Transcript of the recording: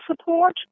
support